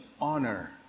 honor